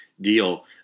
deal